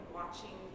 watching